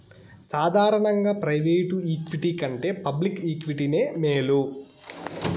సాదారనంగా private equity కంటే public ఈక్విటీనే మేలు